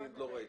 עוד לא ראיתי.